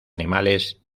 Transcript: animales